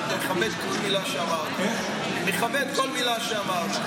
ואני מכבד כל מילה שאמרת.